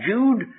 Jude